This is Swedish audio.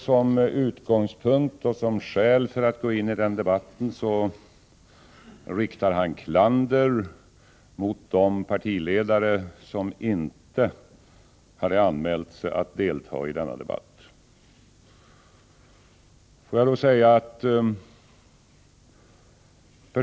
Som utgångspunkt och skäl för att gå in i debatten riktar han klander mot de partiledare som inte anmält sig att delta i denna debatt.